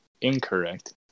incorrect